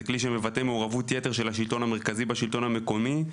זה כלי שמבטא מעורבות יתר של השלטון המרכזי בשלטון המקומי.